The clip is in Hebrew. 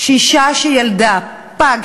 שאישה שילדה פג,